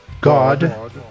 God